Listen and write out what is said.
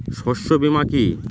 শস্য বীমা কি?